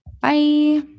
Bye